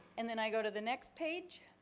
and then i go to the next page.